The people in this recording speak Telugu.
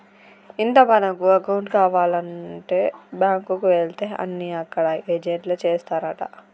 ఇంత మనకు అకౌంట్ కావానంటే బాంకుకు ఎలితే అన్ని అక్కడ ఏజెంట్లే చేస్తారంటా